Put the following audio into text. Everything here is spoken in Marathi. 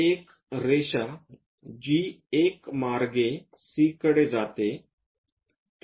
एक रेषा जी 1 मार्गे C कडे जाते